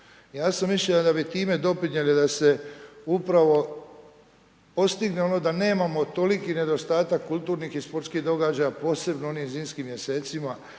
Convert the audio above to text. Ja sam mišljenja da bi time doprinijeli da se upravo postigne ono da nemamo toliki nedostatak kulturnih i sportskih događaja posebno u onim zimskim mjesecima